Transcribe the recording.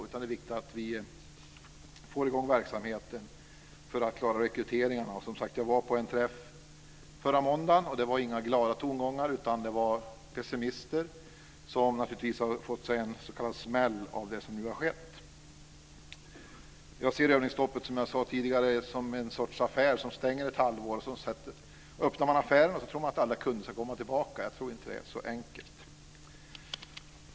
Det är viktigt att vi får i gång verksamheten för att klara rekryteringarna. Jag var på en träff förra måndagen, och det var inga glada tongångar, utan det var pessimister som naturligtvis har fått sig en smäll av det som nu har skett. Jag ser övningsstoppet, som jag sade tidigare, som en sorts affär som stänger ett halvår. Sedan öppnar man affären och tror att alla kunder ska komma tillbaka. Jag tror inte att det är så enkelt.